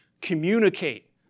communicate